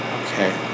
Okay